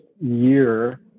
year